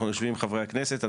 אנחנו יושבים עם חברי הכנסת.